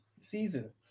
season